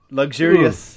luxurious